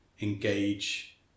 engage